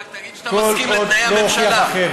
רק תגיד שאתה מסכים לתנאי הממשלה.